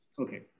Okay